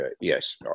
Yes